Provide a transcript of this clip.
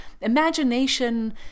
imagination